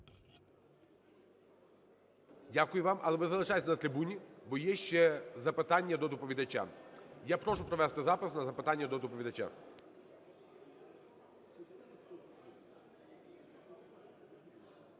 Дякую вам. Але ви залишайтесь на трибуні, бо є ще запитання до доповідача. Я прошу провести запис на запитання до доповідача.